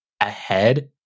Ahead